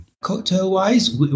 Cocktail-wise